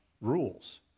rules